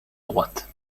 droite